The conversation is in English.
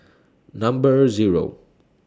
Number Zero